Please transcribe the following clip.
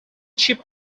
cheap